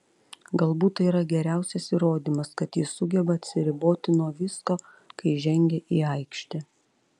galbūt tai yra geriausias įrodymas kad jis sugeba atsiriboti nuo visko kai žengia į aikštę